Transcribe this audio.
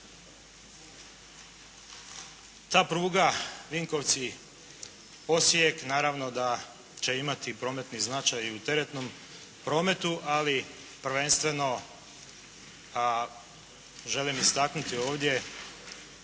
Ta pruga Vinkovci-Osijek, naravno da će imati prometni značaj i u teretnom prometu, ali prvenstveno želim istaknuti ovdje